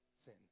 sin